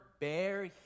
bear